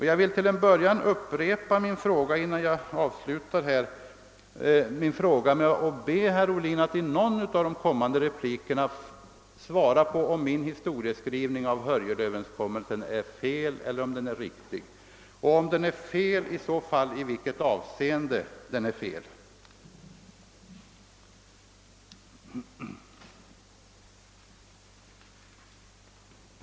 Jag vill ånyo be herr Ohlin att i någon av de kommande replikerna svara på om min historieskrivning beträffande Hörjelöverenskommelsen är felaktig eller riktig och, om den är felaktig, i vilket avseende den är det.